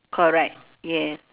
correct yes